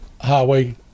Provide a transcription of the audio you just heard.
Highway